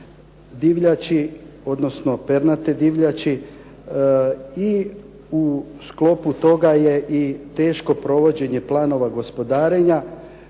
divljači, odnosno pernate divljači i u sklopu toga je i teško provođenje planova gospodarenja